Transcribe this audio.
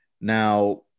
Now